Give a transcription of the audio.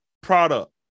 product